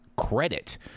credit